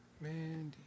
Mandy